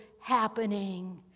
happening